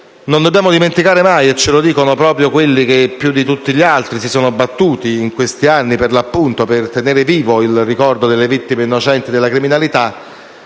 non dobbiamo mai dimenticare (e ce lo dicono proprio quelli che più di tutti si sono battuti in questi anni per tenere vivo il ricordo delle vittime innocenti della criminalità)